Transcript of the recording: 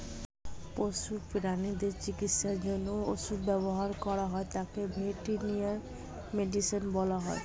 পশু প্রানীদের চিকিৎসার জন্য যে ওষুধ ব্যবহার করা হয় তাকে ভেটেরিনারি মেডিসিন বলা হয়